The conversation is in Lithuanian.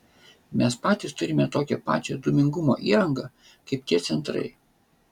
mes patys turime tokią pačią dūmingumo įrangą kaip tie centrai